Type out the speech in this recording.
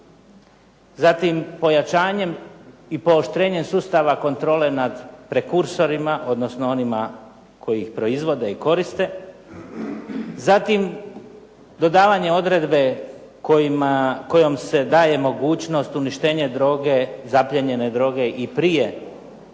zatim pojačanjem i pooštrenjem sustava kontrole nad prekursorima, odnosno onima koji ih proizvode i koriste. Zatim, dodavanje odredbe kojom se daje mogućnost uništenje droge, zaplijenjene droge i prije